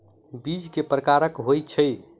बीज केँ प्रकार कऽ होइ छै?